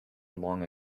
along